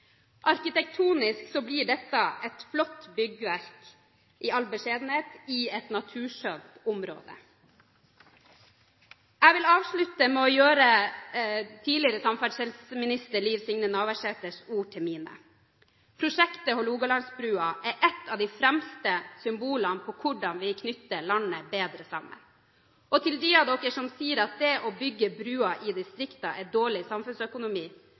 Arkitektonisk blir dette et flott byggverk, i all beskjedenhet, i et naturskjønt område. Jeg vil avslutte med å gjøre tidligere samferdselsminister Liv Signe Navarsetes ord til mine: Prosjektet Hålogalandsbrua er et av de fremste symbolene på hvordan vi knytter landet bedre sammen. Og til dem som sier at det å bygge bruer i distriktene er dårlig samfunnsøkonomi,